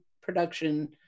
production